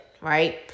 Right